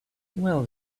well